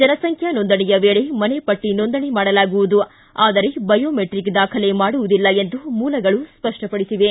ಜನಸಂಖ್ಯಾ ನೋಂದಣಿಯ ವೇಳೆ ಮನೆ ಪಟ್ಟ ನೋಂದಣಿ ಮಾಡಲಾಗುವುದು ಆದರೆ ಬಯೊಮೇಟ್ರಕ್ ದಾಖಲೆ ಮಾಡುವುದಿಲ್ಲ ಎಂದು ಮೂಲಗಳು ಸ್ಪಷ್ಟಪಡಿಸಿವೆ